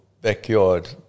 backyard